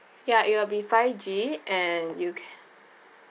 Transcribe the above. ya it will be five G and you'll get